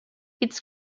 its